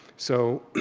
so